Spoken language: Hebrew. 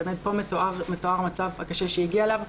באמת פה מתואר המצב הקשה שהיא הגיעה אליו.